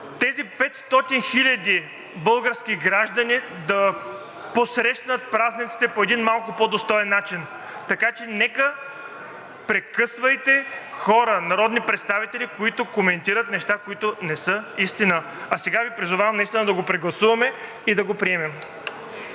тези 500 хил. български граждани да посрещнат празниците по един малко по достоен начин. Така че нека, прекъсвайте хора, народни представители, които коментират неща, които не са истина. А сега Ви призовавам наистина да го прегласуваме и да го приемем.